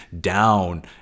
down